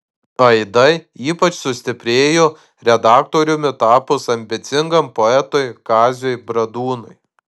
aidai ypač sustiprėjo redaktoriumi tapus ambicingam poetui kaziui bradūnui